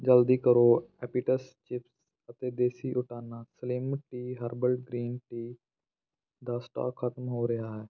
ਜਲਦੀ ਕਰੋ ਐਪੀਟਸ ਚਿਪਸ ਅਤੇ ਦੇਸੀ ਊਟਾਨਾ slim tea herbal green tea ਦਾ ਸਟਾਕ ਖਤਮ ਹੋ ਰਿਹਾ ਹੈ